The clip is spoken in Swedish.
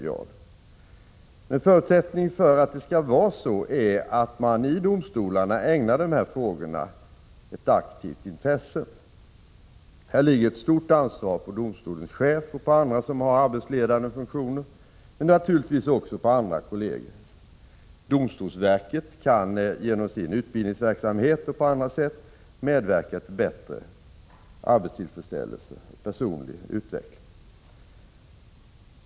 En förutsättning för att det skall vara så är att man i domstolarna ägnar de här frågorna ett aktivt intresse. Här ligger ett stort ansvar på domstolens chef och på andra i arbetsledande ställning, men naturligtvis även på andra kolleger. Domstolsverket kan genom sin utbildningsverksamhet och på annat sätt medverka till bättre arbetstillfredsställelse och personlig utveckling.